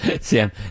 Sam